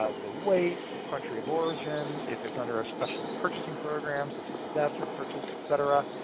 ah the weight, the country of origin, if it's under a special purchasing program, such as disaster purchase, etc.